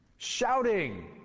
shouting